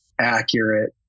accurate